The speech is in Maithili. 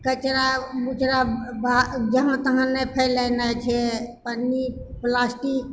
कचड़ा जहाँ तहाँ नहि फैलेनाइ छै पन्नी प्लास्टिक